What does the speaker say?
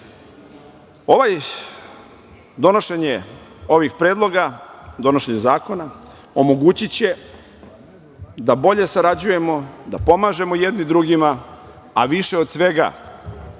Kinom. Donošenje ovih predloga, donošenje zakona omogućiće da bolje sarađujemo, da pomažemo jedni drugima, a više od svega